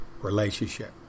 relationship